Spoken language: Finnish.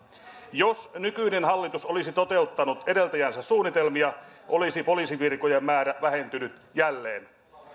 jos nykyinen hallitus olisi toteuttanut edeltäjänsä suunnitelmia olisi poliisivirkojen määrä vähentynyt jälleen